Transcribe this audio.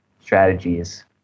strategies